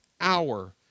hour